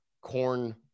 corn